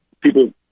people